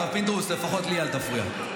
הרב פינדרוס, לפחות לי אל תפריע.